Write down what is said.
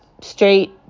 straight